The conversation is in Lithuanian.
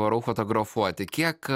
varau fotografuoti kiek